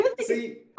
see